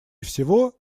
всего